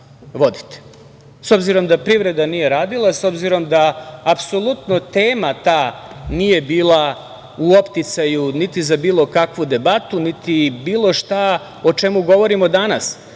s obzirom da privreda nije radila, s obzirom da apsolutno tema ta nije bila u opticaju, niti za bilo kakvu debatu, niti bilo šta o čemu govorimo danas.